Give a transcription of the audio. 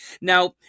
Now